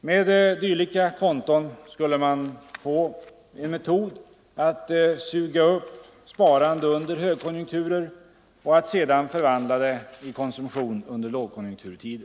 Med dylika konton skulle man = Utredning om det få en metod att suga upp sparande under högkonjunkturer och att sedan = enskilda sparandet förvandla det i konsumtion under lågkonjunkturtider.